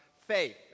Faith